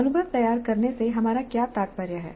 अनुभव तैयार करने से हमारा क्या तात्पर्य है